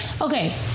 okay